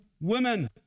women